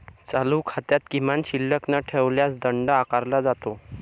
चालू खात्यात किमान शिल्लक न ठेवल्यास दंड आकारला जातो